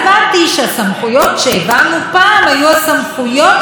הסמכויות של ראש הממשלה כשר התקשורת,